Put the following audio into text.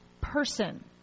person